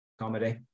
comedy